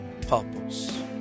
purpose